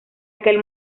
aquel